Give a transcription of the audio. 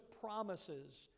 promises